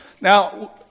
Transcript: now